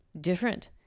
different